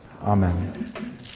Amen